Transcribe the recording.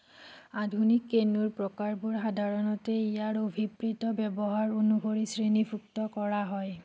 আধুনিক কেনুৰ প্ৰকাৰবোৰ সাধাৰণতে ইয়াৰ অভিপ্ৰেত ব্যৱহাৰ অনুসৰি শ্ৰেণীভুক্ত কৰা হয়